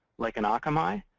like in akamai,